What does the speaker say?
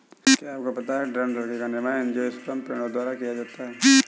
क्या आपको पता है दृढ़ लकड़ी का निर्माण एंजियोस्पर्म पेड़ों द्वारा किया जाता है?